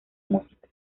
música